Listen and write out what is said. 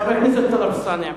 חבר הכנסת טלב אלסאנע,